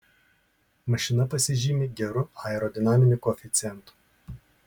mašina pasižymi geru aerodinaminiu koeficientu